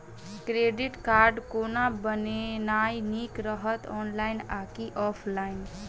Credit card कोना बनेनाय नीक रहत? ऑनलाइन आ की ऑफलाइन?